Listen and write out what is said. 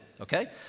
Okay